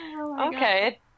Okay